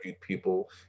people